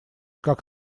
как